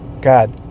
god